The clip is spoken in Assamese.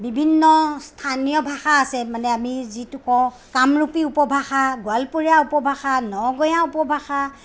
বিভিন্ন স্থানীয় ভাষা আছে মানে আমি যিটো কওঁ কামৰূপী উপভাষা গোৱালপৰীয়া উপভাষা নগঞা উপভাষা